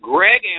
Greg